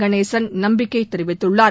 கணேசன் நம்பிக்கை தெரிவித்துள்ளார்